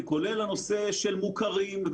כולל הנושא של מוכרים,